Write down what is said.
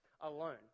alone